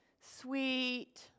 sweet